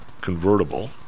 convertible